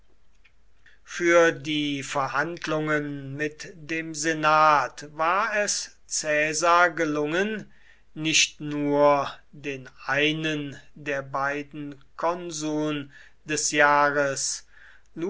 für die verhandlungen mit dem senat war es caesar gelungen nicht nur den einen der beiden konsuln des jahres